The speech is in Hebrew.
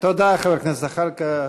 תודה, חבר הכנסת זחאלקה.